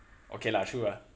okay lah true ah